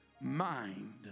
mind